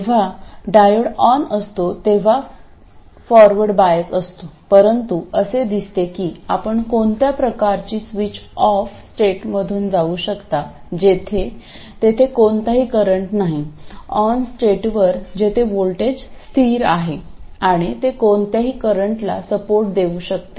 जेव्हा diode ON असतो तेव्हा फॉरवर्ड बायस असतो परंतु असे दिसते की आपण कोणत्या प्रकारची स्विच ऑफ स्टेटमधून जाऊ शकता जिथे तेथे कोणतेही करंट नाही ON स्टेट वर जेथे व्होल्टेज स्थिर आहे आणि ते कोणत्याही करंटला सपोर्ट देऊ शकते